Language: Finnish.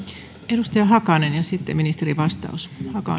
edustaja hakanen ja sitten ministerin vastaus